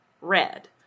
red